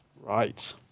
Right